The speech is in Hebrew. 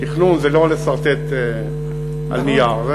תכנון זה לא לסרטט על נייר,